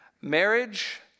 Marriage